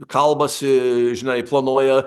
kalbasi žinai planuoja